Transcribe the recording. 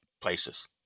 places